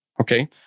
okay